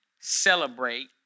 celebrate